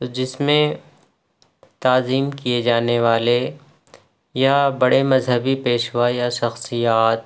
جس میں تعظیم کیے جانے والے یا بڑے مذہبی پیشوا یا شخصیات